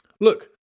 Look